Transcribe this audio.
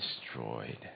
destroyed